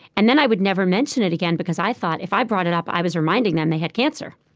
and then i would never mention it again because i thought if i brought it up i was reminding them they had cancer.